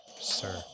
Sir